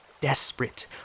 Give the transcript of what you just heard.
Desperate